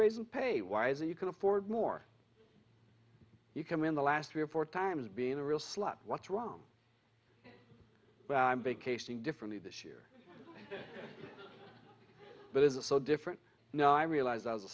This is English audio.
raise in pay why is it you can afford more you come in the last three or four times being a real slut what's wrong well i'm vacationing differently this year but it's so different now i realize i was